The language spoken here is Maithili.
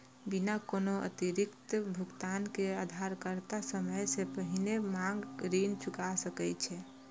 बिना कोनो अतिरिक्त भुगतान के उधारकर्ता समय सं पहिने मांग ऋण चुका सकै छै